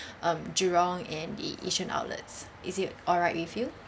um jurong and the yishun outlets is it alright with you